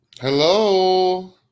Hello